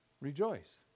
Rejoice